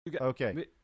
Okay